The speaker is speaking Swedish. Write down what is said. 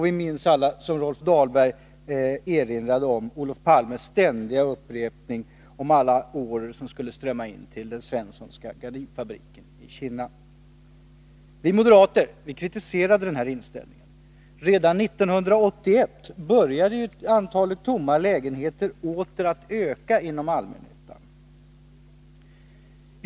Vi minns alla, som Rolf Dahlberg erinrade om, Olof Palmes ständiga upprepning om alla order som skulle strömma in till Svenssons gardinfabrik i Kinna. Vi moderater kritiserade denna inställning. Redan 1981 började ju antalet tomma lägenheter åter att öka inom allmännyttan.